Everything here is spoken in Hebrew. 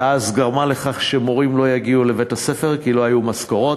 ואז גרמה לכך שמורים לא יגיעו לבית-הספר כי לא היו משכורות,